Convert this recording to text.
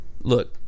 Look